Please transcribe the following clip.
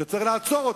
שצריך לעצור אותה,